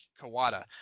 Kawada –